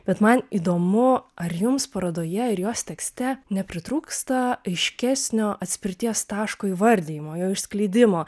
bet man įdomu ar jums parodoje ir jos tekste nepritrūksta aiškesnio atspirties taško įvardijimo jo išskleidimo